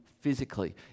physically